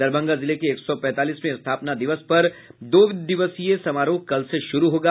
दरभंगा जिले के एक सौ पैंतालीसवें स्थापना दिवस पर दो दिवसीय समारोह कल से शुरू होगा